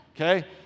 okay